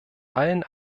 allen